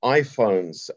iPhones